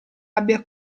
abbia